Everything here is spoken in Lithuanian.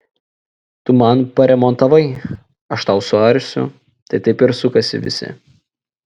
tu man paremontavai aš tau suarsiu tai taip ir sukasi visi